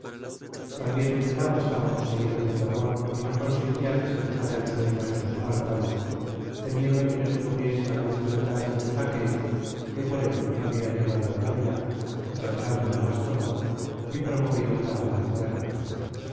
también menelao estaba poseído de terror y no conseguía que se posara el sueño en sus párpados temiendo que les ocurriese algún percance á los aqueos que por él habían llegado á troya atravesando el vasto mar y promovido tan audaz guerra